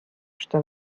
что